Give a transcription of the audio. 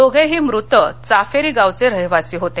दोघेही मृत चाफेरी गावचे रहिवासी होते